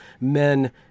men